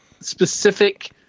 specific